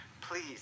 Please